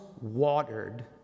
watered